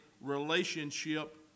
relationship